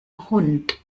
hund